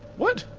what!